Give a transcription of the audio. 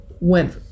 went